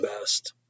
best